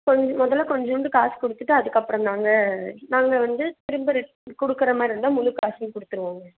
கொஞ் முதல்ல கொஞ்சோண்டு காசு கொடுத்துட்டு அதுக்கப்புறந்தாங்க நாங்கள் வந்து திரும்ப ரிட்டர்ன் கொடுக்கற மாரிருந்தா முழு காசையும் கொடுத்துருவோங்க